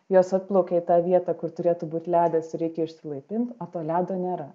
jos atplaukia į tą vietą kur turėtų būt ledas ir reikia išsilaipint o to ledo nėra